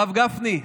הרב גפני,